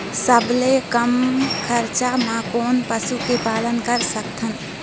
सबले कम खरचा मा कोन पशु के पालन कर सकथन?